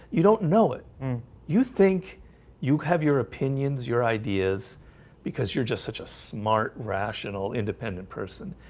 you don't know it you think you have your opinions your ideas because you're just such a smart rational independent person.